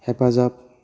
हेफाजाब